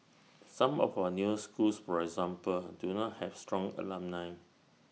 some of our newer schools for example do not have strong alumni